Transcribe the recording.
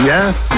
Yes